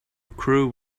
crew